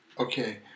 Okay